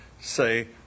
say